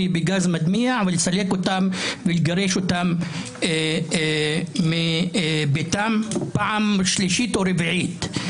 בגז מדמיע ולסלק אותם ולגרש אותם מביתם פעם שלישית או רביעית.